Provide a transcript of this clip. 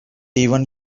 even